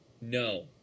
No